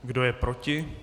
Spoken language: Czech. Kdo je proti?